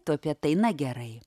tu apie tai na gerai